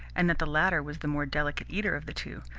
and that the latter was the more delicate eater of the two,